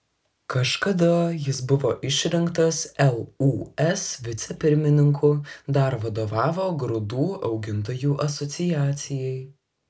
kažkada jis buvo išrinktas lūs vicepirmininku dar vadovavo grūdų augintojų asociacijai